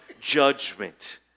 judgment